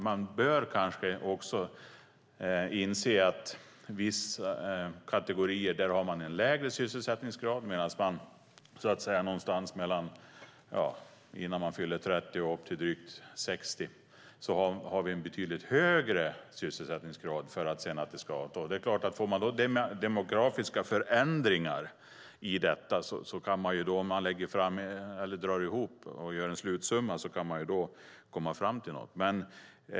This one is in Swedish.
Man bör kanske inse att det i vissa kategorier är en lägre sysselsättningsgrad. Någonstans i åldern mellan 30 och 60 har vi en betydligt högre sysselsättningsgrad. Om man får demografiska förändringar i detta kan man, om man drar ihop och gör en slutsumma, komma fram till något.